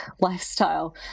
lifestyle